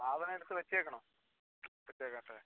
സാധനം എടുത്ത് വെച്ചേക്കണൊ വെച്ചേക്കട്ടെ